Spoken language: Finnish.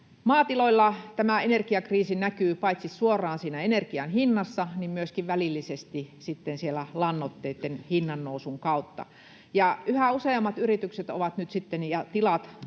maatiloilla tämä energiakriisi näkyy paitsi suoraan siinä energian hinnassa myöskin välillisesti sitten siellä lannoitteitten hinnan nousun kautta. Yhä useammat yritykset ja tilat ovat nyt